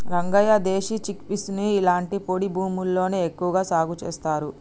రంగయ్య దేశీ చిక్పీసుని ఇలాంటి పొడి భూముల్లోనే ఎక్కువగా సాగు చేస్తారు